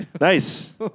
Nice